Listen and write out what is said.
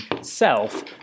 self